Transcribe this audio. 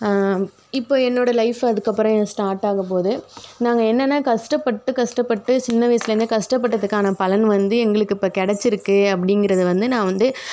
இப்போ என்னோடய லைஃப் அதுக்கப்புறம் ஸ்டார்ட் ஆக போகுது நாங்கள் என்னன்ன கஷ்டப்பட்டு கஷ்டப்பட்டு சின்ன வயசுலேருந்தே கஷ்டப்பட்டதுக்கான பலன் வந்து எங்களுக்கு இப்போ கிடச்சிருக்கு அப்படீங்கிறது வந்து நான் வந்து